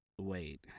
Wait